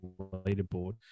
leaderboard